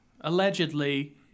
Allegedly